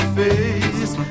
face